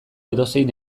edozein